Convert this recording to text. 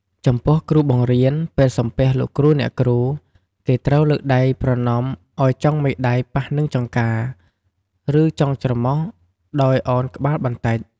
ចំពោះគ្រូបង្រៀន ពេលសំពះលោកគ្រូអ្នកគ្រូ គេត្រូវលើកដៃប្រណម្យឱ្យចុងមេដៃប៉ះនឹងចង្កា ឬចុងច្រមុះ ដោយឱនក្បាលបន្តិច។